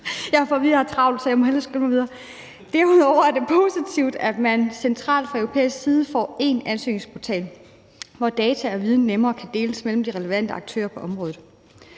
Derudover er det positivt, at man centralt fra europæisk side får én ansøgningsportal, hvor data og viden nemmere kan deles mellem de relevante aktører på området.